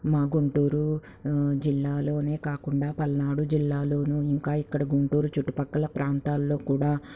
మా గుంటూరు జిల్లాలోనే కాకుండా పల్నాడు జిల్లాలోనూ ఇంకా ఇక్కడ గుంటూరు చుట్టుపక్కల ప్రాంతాల్లో కూడా